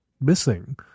missing